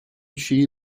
she